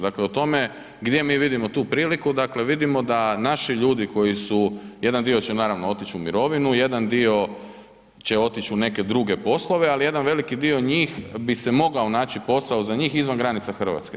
Dakle o tome gdje mi vidimo tu priliku, dakle vidimo da naši ljudi koji su, jedan dio će naravno otići u mirovinu, jedan dio će otići u neke druge poslove, ali jedan veliki dio njih bi se mogao naći posao za njih izvan granica Hrvatske.